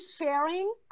sharing